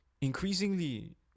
Increasingly